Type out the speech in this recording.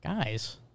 Guys